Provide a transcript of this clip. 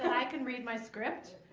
i can read my script.